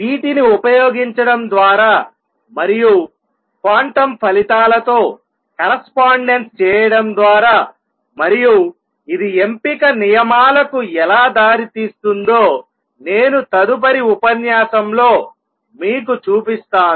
వీటిని ఉపయోగించడం ద్వారా మరియు క్వాంటం ఫలితాలతో కరస్పాండెన్స్ చేయడం ద్వారా మరియు ఇది ఎంపిక నియమాలకు ఎలా దారితీస్తుందో నేను తదుపరి ఉపన్యాసంలో మీకు చూపిస్తాను